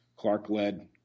Clark-led